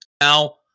Now